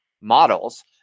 models